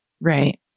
right